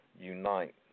unite